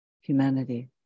humanity